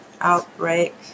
Outbreak